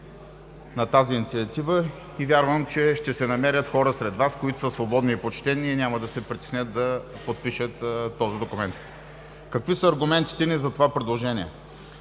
на тази инициатива. Вярвам, че ще се намерят хора сред Вас, които са свободни и почтени, и няма да се притеснят да подпишат този документ. Какви са аргументите ни за това предложение?